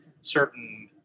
certain